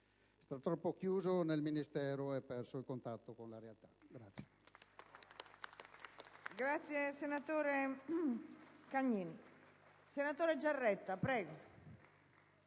sta troppo chiuso nel Ministero ed ha perso il contatto con la realtà.